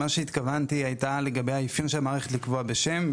מה שהתכוונתי היה לגבי האפיון של מערכת לקבוע בשם.